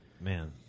Man